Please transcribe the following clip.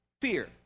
Fear